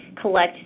collect